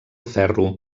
ferro